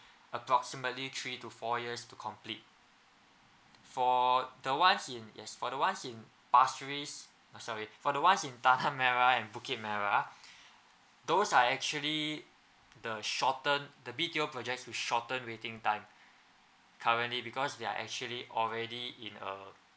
approximately three to four years to complete for the ones in yes for the ones in pasir ris uh sorry for the ones in tanah merah and bukit merah those are actually the shorter the B_T_O projects with shorter waiting time currently because they're actually already in a